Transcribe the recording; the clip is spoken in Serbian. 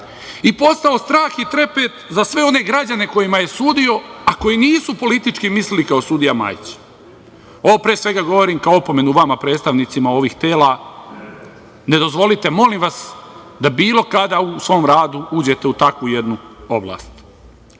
i postao strah i trepet za sve one građane kojima je sudio, a koji nisu politički mislili kao sudija Majić. Ovo, pre svega, govorim kao opomenu vama predstavnicima ovih tela. Ne dozvolite, molim vas, da bilo kada u svom radu uđete u takvu jednu oblast.S